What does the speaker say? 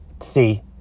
see